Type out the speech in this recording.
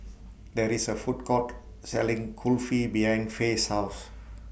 There IS A Food Court Selling Kulfi behind Fae's House